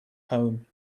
home